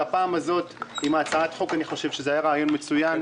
והפעם הזאת אני חושב שהצעת חוק היתה רעיון מצוין.